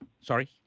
sorry